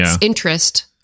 interest